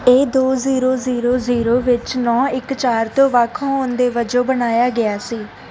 ਇਹ ਦੋ zero zero zero ਵਿੱਚ ਨੌਂ ਇੱਕ ਚਾਰ ਤੋਂ ਵੱਖ ਹੋਣ ਦੇ ਵਜੋਂ ਬਣਾਇਆ ਗਿਆ ਸੀ